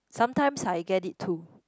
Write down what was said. sometimes I get it too